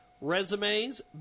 resumes